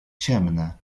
ciemne